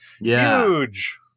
Huge